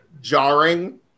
jarring